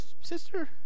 sister